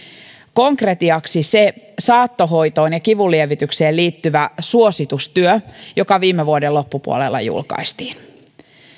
konkretiaksi se saattohoitoon ja kivunlievitykseen liittyvä suositustyö joka viime vuoden loppupuolella julkaistiin